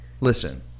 Listen